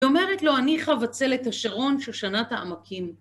היא אומרת לו, אני חבצלת השרון שושנת העמקים.